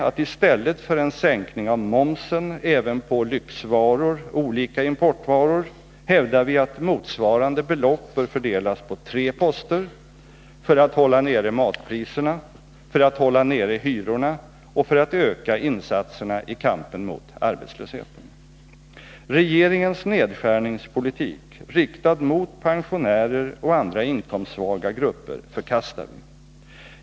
I stället för en sänkning av momsen även på lyxvaror och olika importvaror hävdar vi att motsvarande belopp bör fördelas på tre poster — för att hålla nere matpriserna, för att hålla nere hyrorna och för att öka insatserna i kampen mot arbetslösheten. Regeringens nedskärningspolitik riktad mot pensionärer och andra inkomstsvaga grupper förkastar vi.